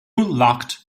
locked